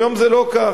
והיום זה לא כך,